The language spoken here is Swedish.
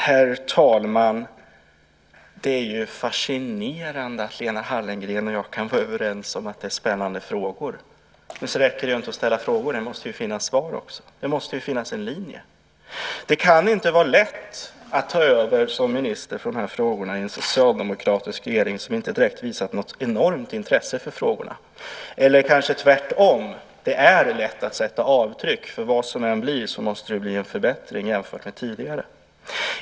Herr talman! Det är ju fascinerande att Lena Hallengren och jag kan vara överens om att detta är spännande frågor. Men det räcker ju inte med att ställa frågor, det måste finnas svar också. Det måste finnas en linje. Det kan inte vara lätt att ta över som minister för de här frågorna i en socialdemokratisk regering som direkt inte har visat något större intresse för dem. Eller också är det kanske tvärtom: Det är lätt att sätta avtryck. Hur det än blir måste det ju bli en förbättring jämfört med tidigare.